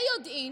ביודעין,